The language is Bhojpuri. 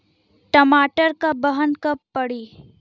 टमाटर क बहन कब पड़ी?